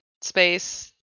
space